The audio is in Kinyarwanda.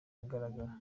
ahagaragara